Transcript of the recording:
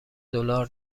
دلار